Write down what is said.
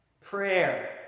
prayer